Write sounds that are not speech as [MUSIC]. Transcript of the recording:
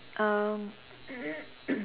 um [COUGHS]